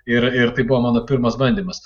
ir ir tai buvo mano pirmas bandymas